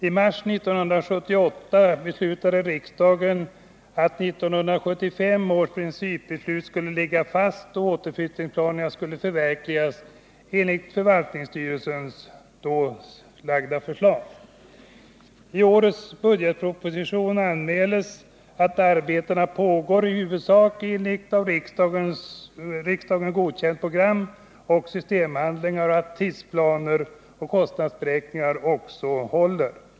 I mars 1978 beslutade riksdagen att 1975 års principbeslut skulle ligga fast och att återflyttningsplanerna skulle förverkligas enligt förvaltningsstyrelsens då lagda förslag. I årets budgetproposition anmäls att arbetena pågår i huvudsak enligt av riksdagen godkända program, systemhandlingar, tidsplaner och kostnadsberäkningar.